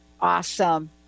Awesome